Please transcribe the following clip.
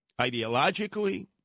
Ideologically